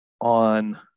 on